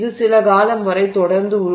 இது சில காலம் வரை தொடர்ந்து உருவாகிறது